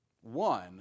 One